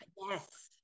yes